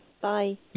Bye